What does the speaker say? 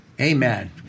Amen